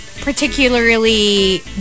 particularly